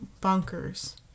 bunkers